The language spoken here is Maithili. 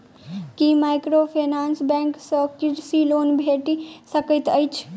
की माइक्रोफाइनेंस बैंक सँ कृषि लोन भेटि सकैत अछि?